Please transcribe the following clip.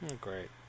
Great